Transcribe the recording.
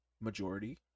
Majority